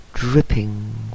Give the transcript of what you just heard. dripping